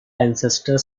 ancestor